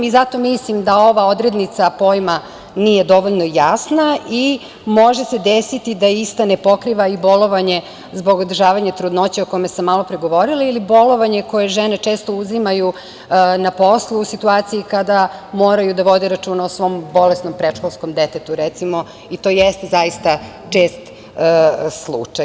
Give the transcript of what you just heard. Zato mislim da ova odrednica pojma nije dovoljno jasna i može se desiti da ista ne pokriva i bolovanje zbog održavanja trudnoće o kome sam malopre govorila ili bolovanje koje žene često uzimaju na poslu u situaciji kada moraju da vode računa o svom bolesnom predškolskom detetu, recimo i to jeste zaista čest slučaj.